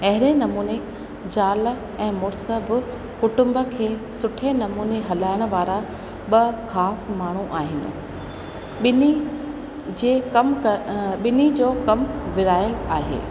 अहिड़े नमूने ज़ाल ऐं मुड़ुस बि कुटुंब खे सुठे नमूने हलाइण वारा ॿ ख़ासि माण्हू आहिनि ॿिनी जे कमु क ॿिनी जो कमु विरिहायल आहे